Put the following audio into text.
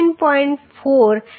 4